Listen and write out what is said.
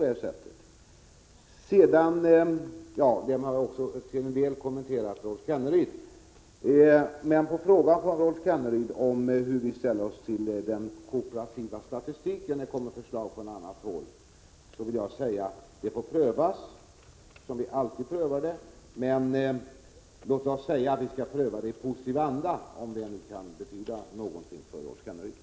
Med detta har jag också till en del kommenterat Rolf Kenneryds inlägg. Som svar på frågan från Rolf Kenneryd om hur vi ställer oss till den kooperativa statistiken, som det kommer förslag om från annat håll, vill jag säga att den frågan får prövas som vi alltid prövar förslag. Men låt oss säga att vi skall pröva detta förslag i positiv anda, om det nu kan betyda någonting för Rolf Kenneryd.